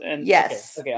Yes